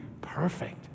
perfect